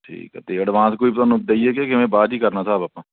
ਠੀਕ ਹੈ ਅਤੇ ਅਡਵਾਂਸ ਕੋਈ ਤੁਹਾਨੂੰ ਦਈਏ ਕਿ ਕਿਵੇਂ ਬਾਅਦ 'ਚ ਕਰਨਾ ਹਿਸਾਬ ਆਪਾਂ